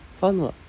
fun [what]